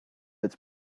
its